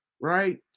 right